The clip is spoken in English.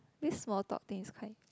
this small topic is quite